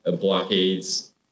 blockades